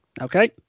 okay